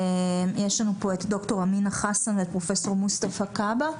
נמצאים פה את ד"ר אמינה חסן ופרופ' מוסטפא כבהא,